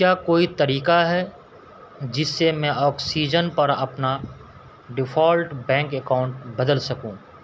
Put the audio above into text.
کیا کوئی طریقہ ہے جس سے میں آکسیجن پر اپنا ڈیفالٹ بینک اکاؤنٹ بدل سکوں